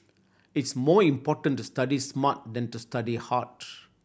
it's more important to study smart than to study hard